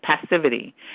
passivity